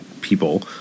people